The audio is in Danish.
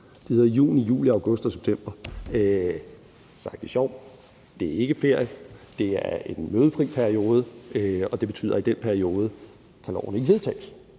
de hedder juni, juli, august og september. Det var for sjov. Det er ikke ferie; det er en mødefri periode, og det betyder, at i den periode kan lovforslaget ikke vedtages.